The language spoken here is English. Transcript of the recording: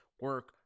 Work